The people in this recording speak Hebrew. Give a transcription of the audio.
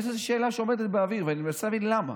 יש איזו שאלה שעומדת באוויר, ואני מנסה להבין למה.